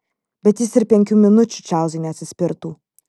bet jis ir penkių minučių čarlzui neatsispirtų